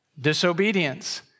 disobedience